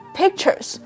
,pictures